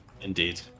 indeed